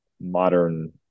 modern